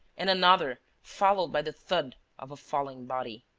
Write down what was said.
and another, followed by the thud of a falling body.